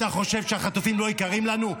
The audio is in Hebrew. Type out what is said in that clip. אתה חושב שהחטופים לא יקרים לנו?